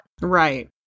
Right